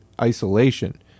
isolation